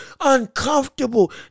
uncomfortable